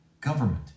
government